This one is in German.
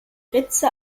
ritze